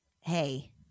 hey